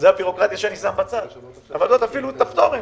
בואו נתחיל את הדיון.